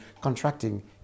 contracting